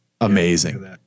Amazing